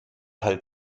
halt